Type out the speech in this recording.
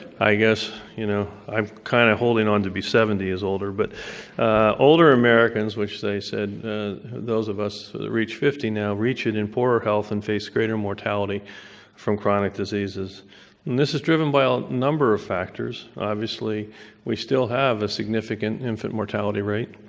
i guess, you know, i'm kind of holding on to be seventy as older, but older americans, which they said those of us who reach fifty now reach it in poorer health and face greater mortality from chronic diseases. and this is driven by ah a number of factors. obviously we sill have a significant infant mortality rate.